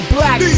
Black